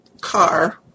car